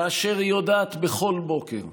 כאשר היא יודעת בכל בוקר,